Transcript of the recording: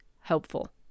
helpful